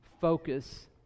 focus